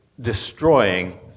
destroying